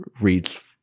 reads